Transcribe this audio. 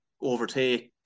overtake